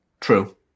True